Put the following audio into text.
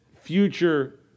future